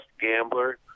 gambler